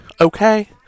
Okay